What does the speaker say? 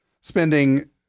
spending